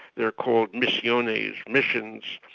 they're called misiones, missions,